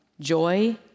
joy